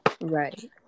Right